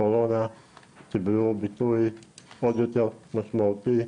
הקורונה קיבלו ביטוי עוד יותר משמעותי.